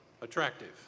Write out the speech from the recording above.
attractive